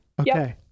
Okay